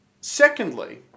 secondly